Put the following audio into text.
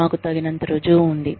మాకు తగినంత రుజువు ఉంది